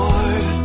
Lord